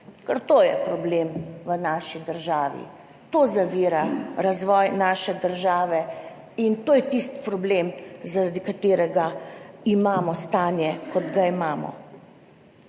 to je problem v naši državi, to zavira razvoj naše države in to je tisti problem, zaradi katerega imamo stanje, kot ga imamo.